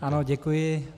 Ano, děkuji.